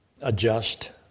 adjust